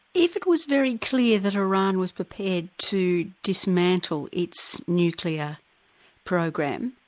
if it was very clear that iran was prepared to dismantle its nuclear program,